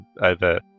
over